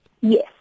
Yes